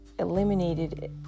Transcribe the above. eliminated